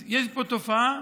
אז יש פה תופעה,